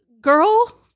girl